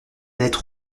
lettre